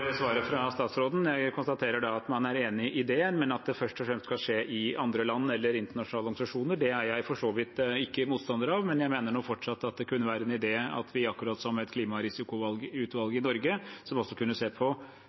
svaret fra statsråden. Jeg konstaterer da at man er enig i det, men at det først og fremst skal skje i andre land eller internasjonale organisasjoner. Det er jeg for så vidt ikke motstander av, men jeg mener nå fortsatt at det kunne være en idé at vi akkurat som med et klimarisikoutvalg i Norge, også kunne se på